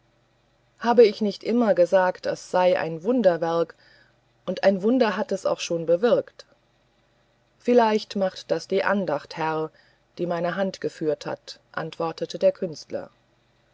habe ich nicht immer gesagt es sei ein wunderwerk und ein wunder hat es auch schon bewirkt vielleicht machte das die andacht herr die meine hand geführt hat antwortete der künstler